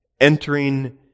entering